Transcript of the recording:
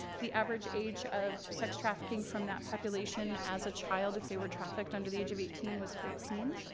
the average age of sex trafficking from that population as a child if they were trafficked under the age of eighteen was fourteen.